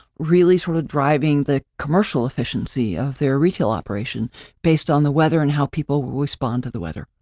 really, sort of, driving the commercial efficiency of their retail operation based on the weather and how people respond to the weather.